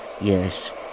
yes